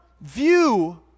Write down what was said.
view